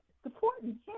supporting